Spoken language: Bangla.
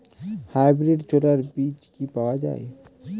হাইব্রিড ছোলার বীজ কি পাওয়া য়ায়?